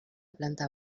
planta